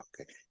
Okay